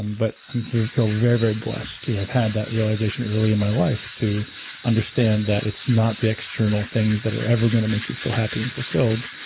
and but i feel very, very blessed to have had that realization early in my life to understand that it's not the external things that are ever going to make you feel happy and fulfilled.